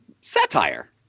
satire